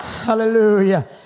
Hallelujah